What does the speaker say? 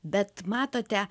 bet matote